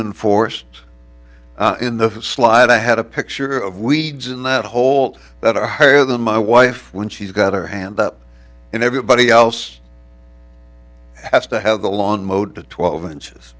enforced in the slide i had a picture of weeds in that hole that are higher than my wife when she's got her hand up and everybody else has to have the lawn mowed to twelve inches